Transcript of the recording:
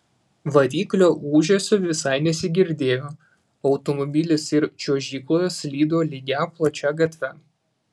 variklio ūžesio visai nesigirdėjo automobilis it čiuožykloje slydo lygia plačia gatve